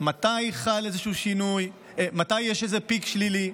מתי יש איזה "פיק" שלילי,